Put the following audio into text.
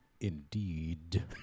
Indeed